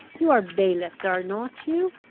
you are bailiffs, are not you?